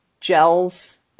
gels